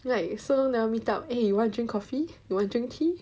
like so long never meet up eh you want drink coffee you want drink tea